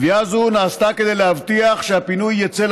קביעה זו נעשתה כדי להבטיח שהפינוי יצא